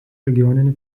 regioninį